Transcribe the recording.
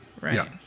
Right